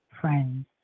friends